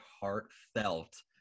heartfelt